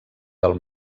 del